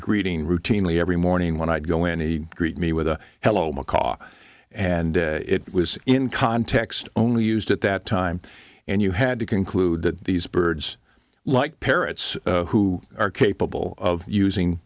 greeting routinely every morning when i go any greet me with a hello macaw and it was in context only used at that time and you had to conclude that these birds like parrots who are capable of using